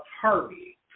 Harvey